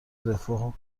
رفاه